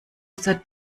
user